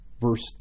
verse